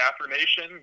affirmation